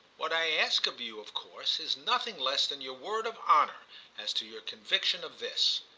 what i ask of you of course is nothing less than your word of honour as to your conviction of this.